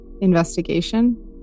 Investigation